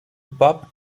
bob